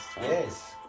Yes